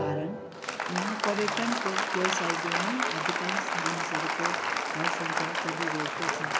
कारण यहाँ पर्यटनको व्यवसायले नै अधिकांश मानिसहरूको घर संसार चलिरहेको छ